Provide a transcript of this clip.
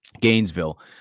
gainesville